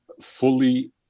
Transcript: fully